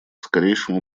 скорейшему